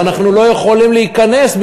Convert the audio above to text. ואנחנו לא יכולים להיכנס,